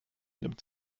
nimmt